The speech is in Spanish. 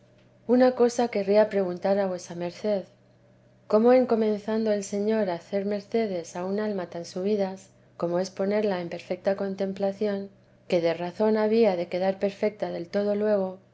una cosa querría preguntar a vuesa merced cómo en comenzando el señor a hacer mercedes a un alma tan subidas como es ponerla en perfecta contemplación que de razón había de quedar perfecta del todo luego